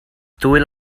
dwy